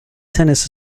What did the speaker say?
tennis